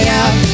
out